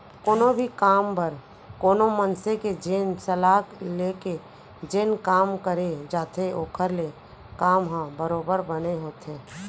कोनो भी काम बर कोनो मनसे के जेन सलाह ले के जेन काम करे जाथे ओखर ले काम ह बरोबर बने होथे